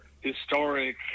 historic